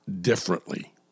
differently